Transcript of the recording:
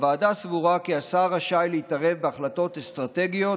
הוועדה סבורה כי השר רשאי להתערב בהחלטות אסטרטגיות,